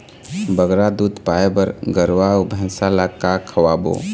बगरा दूध पाए बर गरवा अऊ भैंसा ला का खवाबो?